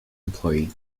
employee